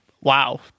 wow